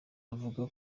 bavuga